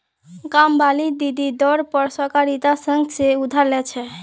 कामवाली दीदी दर पर सहकारिता संघ से उधार ले छे